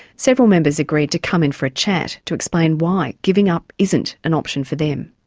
several members agreed to come in for a chat to explain why giving up isn't an option for them.